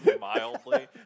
mildly